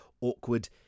awkward